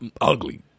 ugly